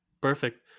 perfect